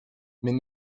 mais